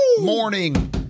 morning